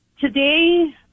Today